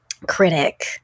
critic